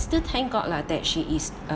still thank god lah that she is a